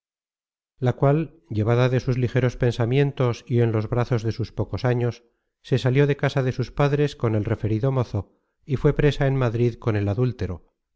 la cual llevada de sus ligeros pensamientos y en los brazos de sus pocos años se salió de casa de sus padres con el referido mozo y fué presa en madrid con el adúltero